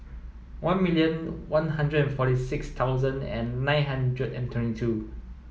one million one hundred and forty six thousand and nine hundred and twenty two